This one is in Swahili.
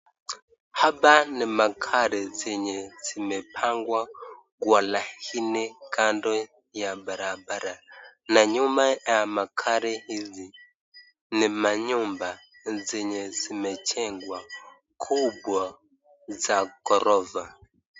Hapa ni magari zenye zimepangwa kwa laini kando ya barabara, na nyuma ya magari hizi ni manyumba zenye zimejengwa kubwa za gorofa.